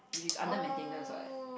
which is under maintenance what